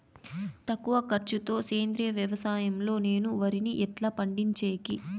తక్కువ ఖర్చు తో సేంద్రియ వ్యవసాయం లో నేను వరిని ఎట్లా పండించేకి?